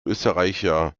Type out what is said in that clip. österreicher